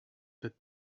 that